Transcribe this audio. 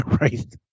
Right